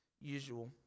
usual